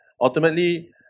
ultimately